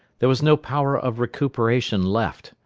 there was no power of recuperation left,